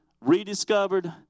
rediscovered